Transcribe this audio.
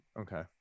Okay